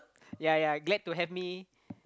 ya ya glad to have me